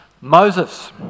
Moses